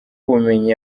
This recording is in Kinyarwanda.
ubumenyi